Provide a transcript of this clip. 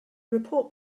report